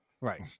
Right